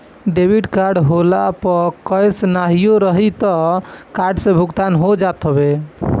debit card होखला पअ cash नाहियो रही तअ कार्ड से भुगतान हो जात हवे